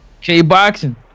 K-Boxing